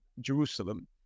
Jerusalem